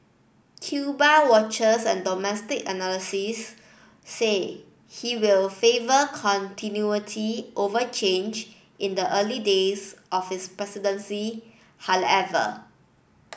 Cuba watchers and domestic analysis say he will favour continuity over change in the early days of his presidency however